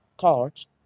thoughts